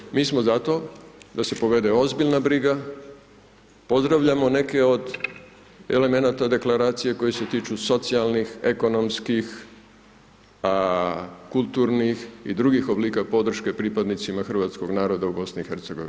Dakle mi smo zato da se povede ozbiljna briga pozdravljamo neke od elemenata Deklaracije koji se tiču socijalnih, ekonomskih , kulturnih i drugih oblika podrške pripadnicima Hrvatskog naroda u BIH.